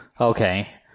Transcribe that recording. Okay